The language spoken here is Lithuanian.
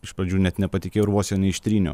iš pradžių net nepatikėjau ir vos jo neištryniau